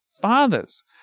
fathers